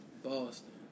boston